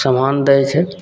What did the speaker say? सामान दै छै